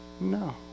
No